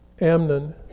Amnon